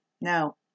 Now